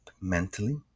mentally